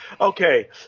Okay